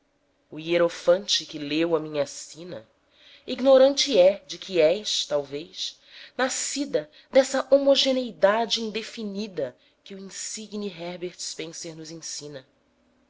o hierofante que leu a minha sina ignorante é de que és talvez nascida dessa homogeneidade indefinida que o insigne herbert spencer nos ensina